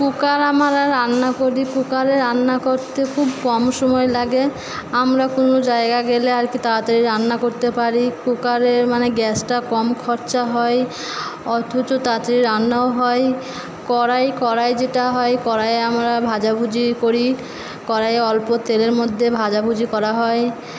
cooker আমরা রান্না করি কুকারে রান্না করতে খুব কম সময় লাগে আমরা কোনো জায়গা গেলে আর কি তাড়াতাড়ি রান্না করতে পারি কুকারে মানে গ্যাসটা কম খরচা হয় অথচ তাতে রান্নাও হয় কড়াই কড়াই যেটা হয় কড়াইয়ে আমরা ভাজা ভুজি করি কড়াইয়ে অল্প তেলের মধ্যে ভাজা ভুজি করা হয়